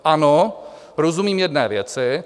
Ano, rozumím jedné věci.